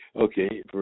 okay